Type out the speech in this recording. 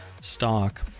stock